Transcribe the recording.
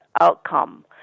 outcome